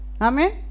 Amen